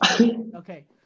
okay